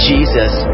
Jesus